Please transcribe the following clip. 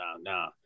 no